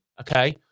Okay